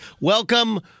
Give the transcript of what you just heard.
Welcome